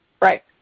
Right